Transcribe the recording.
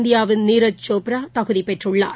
இந்தியாவின் நீரஜ் சோப்ரா தகுதிபெற்றுள்ளார்